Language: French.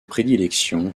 prédilection